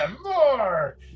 more